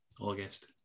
August